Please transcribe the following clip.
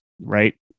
right